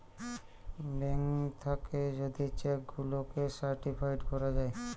bank থাকে যদি cheque গুলাকে সার্টিফাইড করা যায়